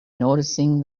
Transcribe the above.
noticing